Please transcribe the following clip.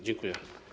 Dziękuję.